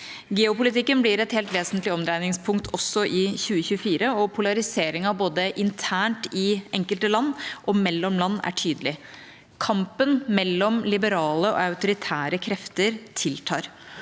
Geopolitikken blir et helt vesentlig omdreiningspunkt også i 2024, og polariseringen både internt i enkelte land og mellom land er tydelig. Kampen mellom liberale og autoritære krefter tiltar.